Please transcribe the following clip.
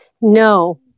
No